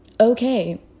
okay